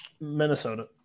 Minnesota